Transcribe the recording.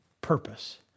purpose